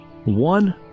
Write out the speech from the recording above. One